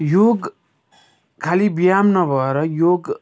योग खालि व्यायाम नभएर योग